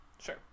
Sure